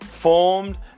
formed